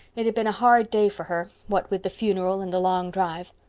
it had been a hard day for her, what with the funeral and the long drive.